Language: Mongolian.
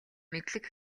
мэдлэг